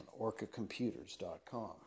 orcacomputers.com